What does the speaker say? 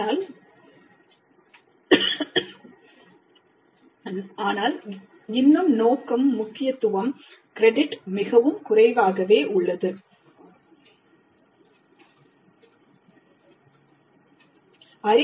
ஆனால் நோக்கம் முக்கியத்துவம் கிரெடிட் மிகவும் குறைவாகவே இருக்கிறது